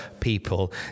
people